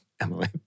Emily